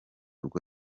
rwo